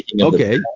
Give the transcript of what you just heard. okay